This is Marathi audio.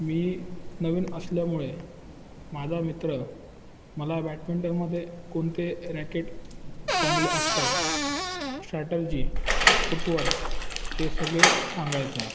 मी नवीन असल्यामुळे माझा मित्र मला बॅडमिंटनमध्ये कोणते रॅकेट चांगले असतात स्ट्रॅटर्जी फुटवर्क हे सगळे सांगायचा